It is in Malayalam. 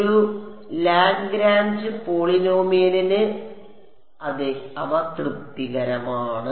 ഒരു ലഗ്രാഞ്ച് പോളിനോമിയലിന് അതെ അവ തൃപ്തികരമാണ്